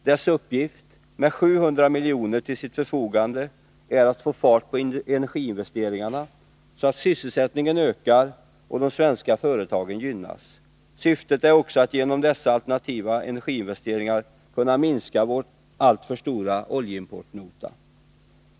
Dess uppgift, med 700 miljoner till sitt förfogande, är att få fart på energiinvesteringarna, så att sysselsättningen ökar och de svenska företagen gynnas. Syftet är också att genom dessa alternativa energiinvesteringar kunna minska vår alltför stora oljeimportnota.